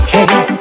Hey